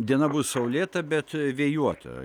diena bus saulėta bet vėjuota